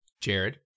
Jared